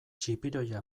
txipiroia